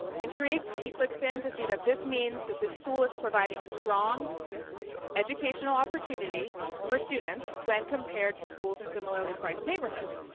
intrigued, he clicks in to see that this means that this school is providing strong educational opportunity for students when compared to schools in similarly priced neighborhoods.